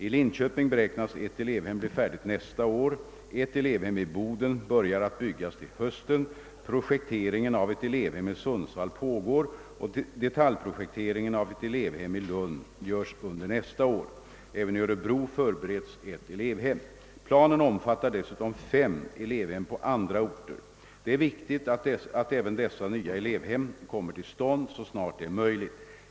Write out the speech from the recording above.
I Linköping beräknas ett elevhem bli färdigt nästa år. Ett elevhem i Boden börjar att byggas till hösten. Projekteringen av ett elevhem i Sundsvall pågår, och detaljprojekteringen av ett elevhem i Lund görs under nästa år. Även i Örebro förbereds ett elevhem. Planen omfattar dessutom fem elevhem på andra orter. Det är viktigt att även dessa nya elevhem kommer till stånd så snart det är möjligt.